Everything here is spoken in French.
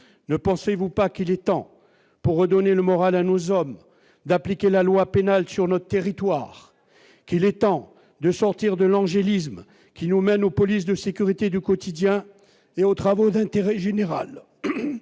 ne pensez-vous pas qu'il est temps pour redonner le moral à nos hommes d'appliquer la loi pénale sur notre territoire, qu'il est temps de sortir de l'angélisme qui nous mène aux polices de sécurité du quotidien et aux travaux d'intérêt général,